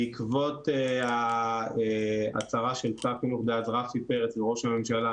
בעקבות ההצהרה של שר החינוך דאז רפי פרץ וראש הממשלה,